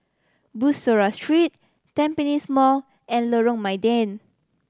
Bussorah Street Tampines Mall and Lorong Mydin